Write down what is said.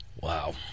Wow